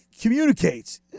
communicates